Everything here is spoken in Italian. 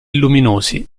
luminosi